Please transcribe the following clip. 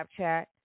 Snapchat